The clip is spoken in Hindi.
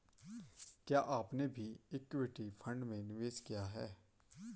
क्या आपने भी इक्विटी फ़ंड में निवेश किया है?